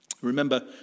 Remember